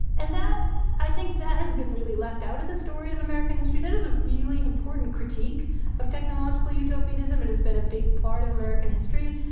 and i think that has been really left out of the story of american history. that is a really important critique of technological utopianism. it has been a big part of american history.